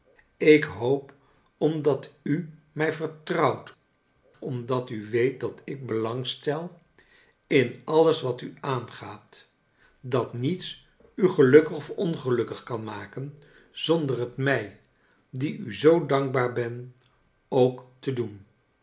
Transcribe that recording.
ik hoop omdat u mij vertrouwt omdat u weet dat ik belangstel in alles wat u aangaat dat niets u gelukkig of ongelukkig kan maken zonder het mij die u zoo dankbaar ben ook te doen